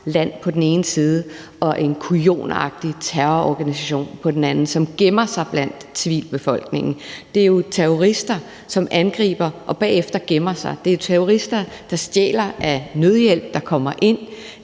land på den ene side og en kujonagtig terrororganisation på den anden, som gemmer sig blandt civilbefolkningen. Det er jo terrorister, som angriber og bagefter gemmer sig. Det er jo terrorister, der stjæler af den nødhjælp, der kommer ind